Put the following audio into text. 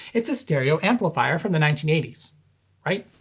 it's a stereo amplifier from the nineteen right?